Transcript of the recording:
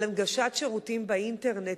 על הנגשת שירותים באינטרנט.